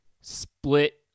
split